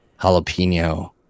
jalapeno